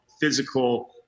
physical